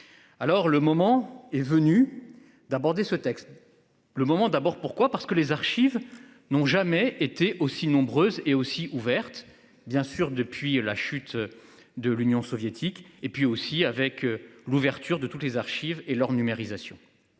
Alors le moment est venu d'aborder ce texte. Le moment d'abord pourquoi parce que les archives n'ont jamais été aussi nombreuses et aussi ouverte bien sûr depuis la chute. De l'Union soviétique, et puis aussi avec l'ouverture de toutes les archives et leur numérisation.